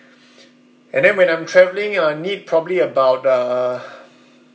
and then when I'm travelling I need probably about uh